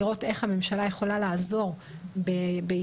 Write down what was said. זו תוכנית שכל אחד ממשרדי הממשלה בונה לעצמו במהלך השנה